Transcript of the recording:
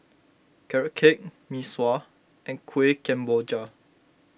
Carrot Cake Mee Sua and Kuih Kemboja